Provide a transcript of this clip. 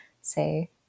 say